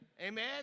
amen